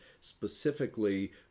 specifically